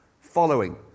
following